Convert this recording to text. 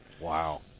Wow